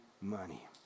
money